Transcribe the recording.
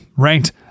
Ranked